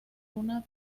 una